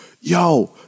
yo